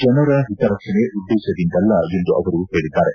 ಜನರ ಹಿತರಕ್ಷಣೆ ಉದ್ದೇಶದಿಂದಲ್ಲ ಎಂದು ಅವರು ಹೇಳಿದ್ದಾರೆ